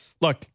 look